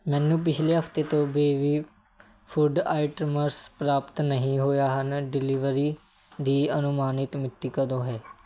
ਮੈਨੂੰ ਪਿਛਲੇ ਹਫ਼ਤੇ ਤੋਂ ਬੇਬੀ ਫੁੱਡ ਆਇਟਮਸ ਪ੍ਰਾਪਤ ਨਹੀਂ ਹੋਈਆਂ ਹਨ ਡਿਲੀਵਰੀ ਦੀ ਅਨੁਮਾਨਿਤ ਮਿਤੀ ਕਦੋਂ ਹੈ